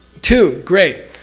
two. great!